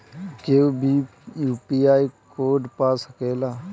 केहू भी UPI code पा सकेला?